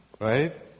Right